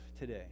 today